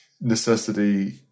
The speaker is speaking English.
necessity